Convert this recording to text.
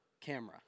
camera